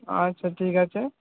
আচ্ছা ঠিক আছে